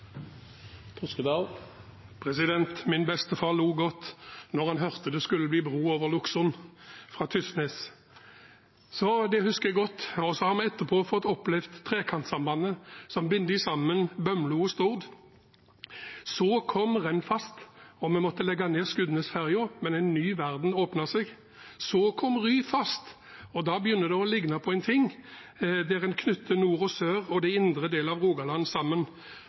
Min bestefar lo godt da han hørte at det skulle bli bru over Lukksund fra Tysnes. Det husker jeg godt. Så har vi etterpå fått oppleve trekantsambandet, som binder sammen Bømlo og Stord. Så kom Rennfast, og vi måtte legge ned Skudenesferja, men en ny verden åpnet seg. Så kom Ryfast, og da begynner det å ligne på noe, der en knytter nord og sør og indre del av Rogaland sammen.